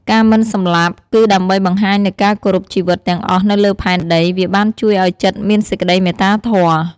ការមិនសម្លាប់ គឺដើម្បីបង្ហាញនូវការគោរពជីវិតទាំងអស់នៅលើផែនដី វាបានជួយឲ្យចិត្តមានសេចក្តីមេត្តាធម៌។